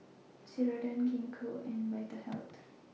Ceradan Gingko and Vitahealth